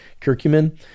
curcumin